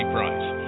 Price